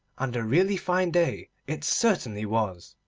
and a really fine day it certainly was.